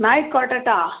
എന്നായിക്കോട്ടേട്ട